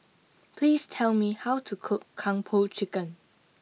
please tell me how to cook Kung Po chicken